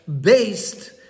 based